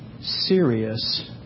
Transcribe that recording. serious